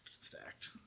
stacked